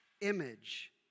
image